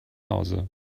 hause